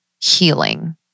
healing